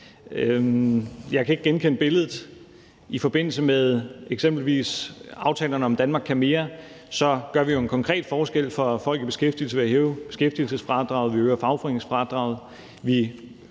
Jeg kan ikke genkende billedet. I forbindelse med eksempelvis aftalerne om »Danmark kan mere« gør vi jo en konkret forskel for folk i beskæftigelse ved at hæve beskæftigelsesfradraget, vi øger fagforeningsfradraget,